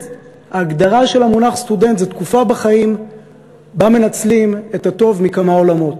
ההגדרה של המונח סטודנט זה תקופת החיים שבה מנצלים את הטוב מכמה עולמות.